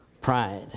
pride